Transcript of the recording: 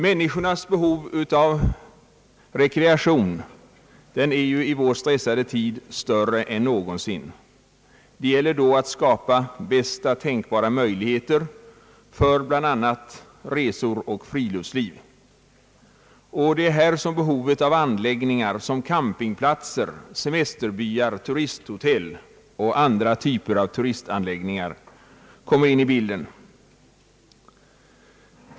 Människornas behov av rekreation är i vår stressade tid större än någonsin. Det gäller då att skapa bästa tänkbara möjligheter för bl.a. resor och friluftsliv. Det är här som behovet av anläggningar såsom «campingplatser, semesterbyar och turisthotell kommer in i bilden.